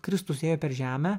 kristus ėjo per žemę